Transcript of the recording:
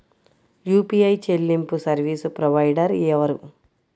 UPI చెల్లింపు service provider ఎవరు?